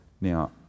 Now